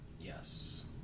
Yes